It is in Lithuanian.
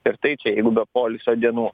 ir tai čia jeigu be poilsio dienų